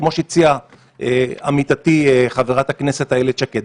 כמו שהציעה עמיתתי חברת הכנסת איילת שקד,